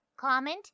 comment